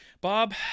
Bob